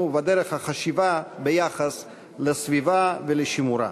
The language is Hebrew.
ובדרך החשיבה ביחס לסביבה ולשימורה.